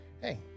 hey